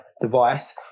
device